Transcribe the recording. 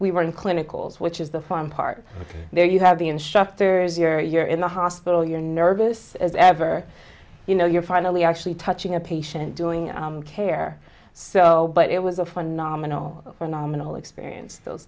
we were in clinical which is the fun part there you have the instructors here you're in the hospital you're nervous as ever you know you're finally actually touching a patient doing care so but it was a phenomenal phenomenal experience